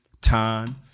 time